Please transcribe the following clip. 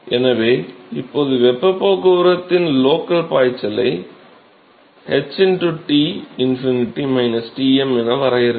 எனவே இப்போது வெப்பப் போக்குவரத்தின் லோக்கல் பாய்ச்சலை h T ∞ Tm என வரையறுக்கலாம்